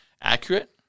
accurate